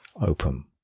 open